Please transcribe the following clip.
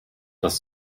das